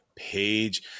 page